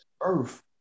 earth